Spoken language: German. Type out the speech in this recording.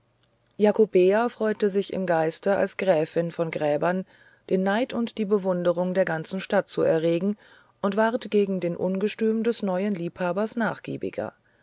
jakobea freute sich im geiste als gräfin von gräbern den neid und die bewunderung der ganzen stadt zu erregen und ward gegen den ungestüm des neuen liebhabers nachgiebiger